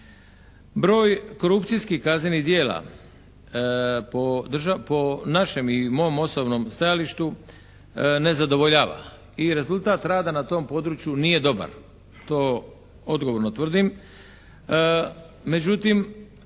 Broj korupcijskih kaznenih djela po našem i mom osobnom stajalištu ne zadovoljava i rezultat rada na tom području nije dobar. To odgovorno tvrdim.